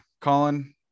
Colin